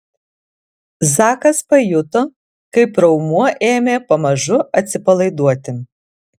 zakas pajuto kaip raumuo ėmė pamažu atsipalaiduoti